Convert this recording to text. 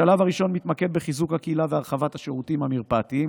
בשלב הראשון הוא מתמקד בחיזוק הקהילה והרחבת השירותים המרפאתיים,